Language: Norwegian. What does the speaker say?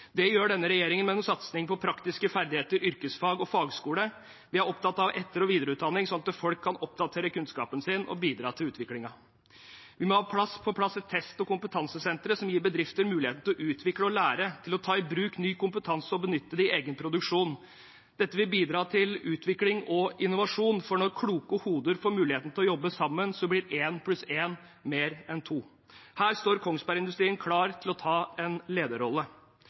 Det gjør denne regjeringen med en satsing på praktiske ferdigheter, yrkesfag og fagskole. Vi er opptatt av etter- og videreutdanning, sånn at folk kan oppdatere kunnskapen sin og bidra til utviklingen. Vi må ha på plass test- og kompetansesentre som gir bedrifter muligheter til å utvikle og lære og til å ta i bruk ny kompetanse og benytte den i egen produksjon. Dette vil bidra til utvikling og innovasjon, for når kloke hoder får muligheten til å jobbe sammen, blir 1 + 1 mer enn 2. Her står Kongsberg-industrien klar til å ta en lederrolle.